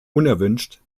unerwünscht